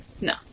No